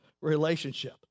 relationship